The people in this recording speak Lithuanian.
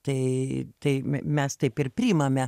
tai tai me mes taip ir priimame